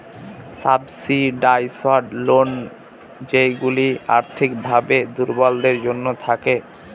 subsidised loan যেইগুলা আর্থিক ভাবে দুর্বলদের জন্য থাকে